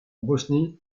bosnie